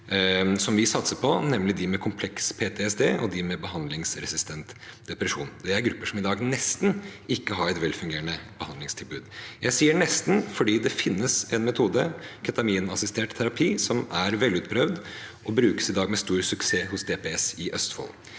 vi satser på, nemlig dem med kompleks PTSD og dem med behandlingsresistent depresjon. Det er grupper som i dag nesten ikke har et velfungerende behandlingstilbud. Jeg sier «nesten» fordi det finnes en metode, ketaminassistert terapi, som er velutprøvd og i dag brukes med stor suksess hos DPS i Østfold.